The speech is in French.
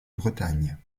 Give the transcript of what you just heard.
bretagne